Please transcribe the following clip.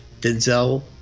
Denzel